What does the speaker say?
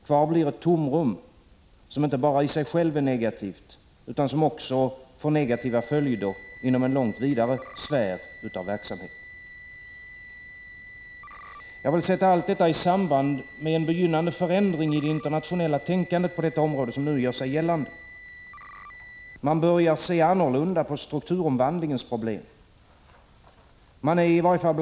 Kvar blir ett tomrum, som inte bara i sig självt är negativt, utan som också får negativa följder inom en långt vidare sfär av verksamheter. Jag vill sätta allt detta i samband med en begynnande förändring i det internationella tänkandet på detta område som nu gör sig gällande. Man börjar se annorlunda på strukturomvandlingens problem.